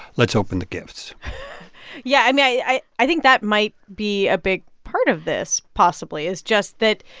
let's open the gifts yeah, i mean, i i think that might be a big part of this possibly is just that,